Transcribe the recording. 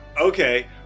Okay